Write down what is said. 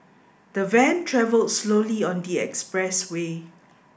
the van travelled slowly on the expressway